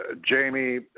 Jamie